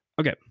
Okay